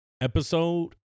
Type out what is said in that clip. episode